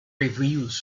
reviews